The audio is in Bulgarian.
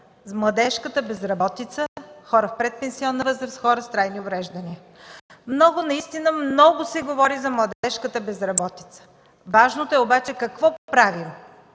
младежката безработица, хора в предпенсионна възраст, хора с трайни увреждания. Много, наистина много се говори за младежката безработица. Важното е обаче какво правим.